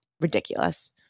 ridiculous